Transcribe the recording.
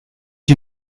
you